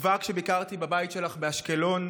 כבר כשביקרתי בבית שלך באשקלון,